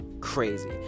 crazy